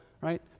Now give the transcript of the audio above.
right